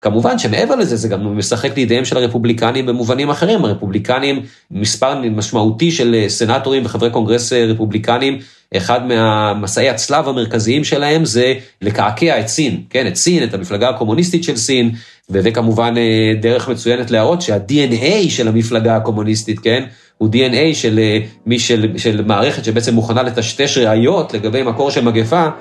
כמובן שמעבר לזה, זה גם משחק לידיהם של הרפובליקנים במובנים אחרים. הרפובליקנים, מספר משמעותי של סנאטורים וחברי קונגרס רפובליקנים, אחד מהמסעי הצלב המרכזיים שלהם זה לקעקע את סין, כן, את סין, את המפלגה הקומוניסטית של סין, וזה כמובן דרך מצוינת להראות שה-DNA של המפלגה הקומוניסטית, כן, הוא DNA של מערכת שבעצם מוכנה לטשטש ראיות לגבי מקור של מגפה,